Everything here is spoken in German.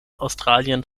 australien